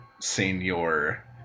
senior